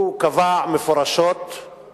הוא קבע מפורשות שעל-פי סעיף 3 לחוק-יסוד: